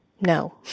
No